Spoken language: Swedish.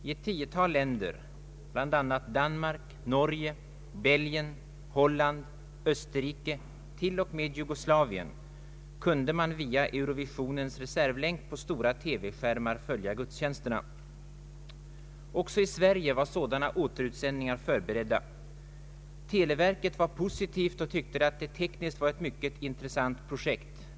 I ett tiotal länder — bl.a. Danmark, Norge, Belgien, Holland, Österrike, ja, t.o.m. Jugoslavien — kunde man via eurovi sionens reservlänk på stora TV-skärmar följa gudstjänsterna. Också i Sverige var sådana återutsändningar förberedda. Televerket var positivt och tyckte att det tekniskt sett var ett mycket intressant projekt.